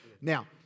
Now